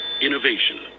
Innovation